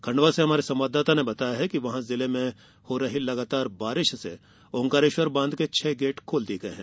खंडवा से हमारे संवाददाता ने बताया है कि जिले में हो रही लगातार बारिश से ऑकारेश्वर बांध के छह गेट खोल दिये गये हैं